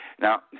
Now